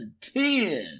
ten